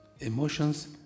Emotions